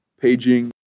Paging